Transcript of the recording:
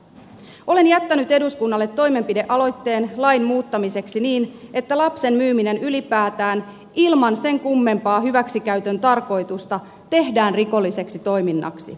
olen jättänyt eduskunnalle toimenpidealoitteen lain muuttamiseksi niin että lapsen myyminen ylipäätään ilman sen kummempaa hyväksikäytön tarkoitusta tehdään rikolliseksi toiminnaksi